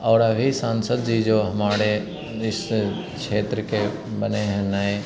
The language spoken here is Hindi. और अभी सांसद जी जो हमारे इस क्षेत्र के बने हैं नए